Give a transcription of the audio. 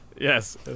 Yes